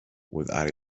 without